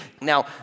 Now